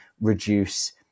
reduce